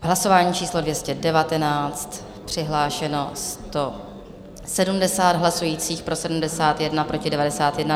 Hlasování číslo 219, přihlášeno 170 hlasujících, pro 71, proti 91.